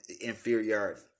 inferiority